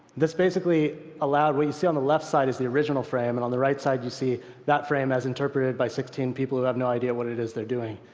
this basically allowed what you see on the left side is the original frame, and on the right side you see that frame as interpreted by sixteen people who have no idea what it is they're doing.